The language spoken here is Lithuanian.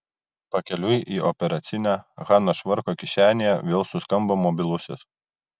pakeliui į operacinę hanos švarko kišenėje vėl suskambo mobilusis